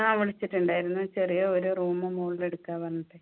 ആ വിളിച്ചിട്ടുണ്ടായിരുന്നു ചെറിയ ഒരു റൂമ് മുകളിലെടുക്കാൻ പറഞ്ഞിട്ട്